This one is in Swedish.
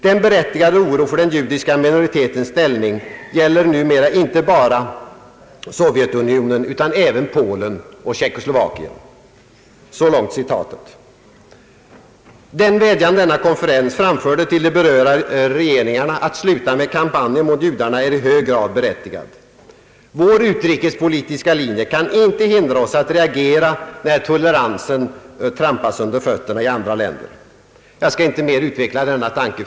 Den berättigade oron för den judiska minoritetens ställning gäller numera inte bara Sovjetunionen utan även Polen och Tjeckoslovakien.» Den vädjan denna konferens framförde till de berörda regeringarna att sluta med kampanjen mot judarna är i hög grad berättigad. Vår utrikespolitiska linje kan inte hindra oss att reagera när toleransen trampas under fötterna i andra länder. Jag skall inte mer utveckla denna tanke.